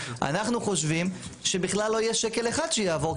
אנחנו חושבים שבכלל לא יהיה שקל אחד שיעבור,